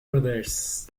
brothers